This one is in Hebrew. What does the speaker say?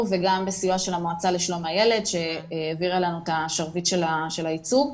וגם בסיוע של המועצה לשלום הילד שהעבירה לנו את השרביט של הייצוג,